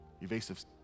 evasive